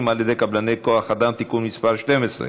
על ידי קבלני כוח אדם (תיקון מס' 12),